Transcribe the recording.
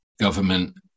government